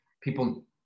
people